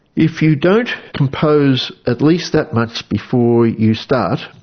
if you don't compose at least that much before you start,